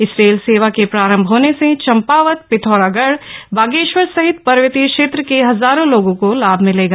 इस रेल सेवा के प्रारंभ होने से चंपावत पिथौरागढ़ बागेश्वर सहित पर्वतीय क्षेत्र के हजारों लोगों को लाभ मिलेगा